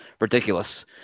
ridiculous